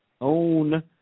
own